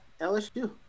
LSU